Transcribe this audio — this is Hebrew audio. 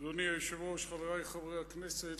אדוני היושב-ראש, חברי חברי הכנסת,